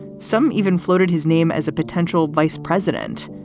some even floated his name as a potential vice president.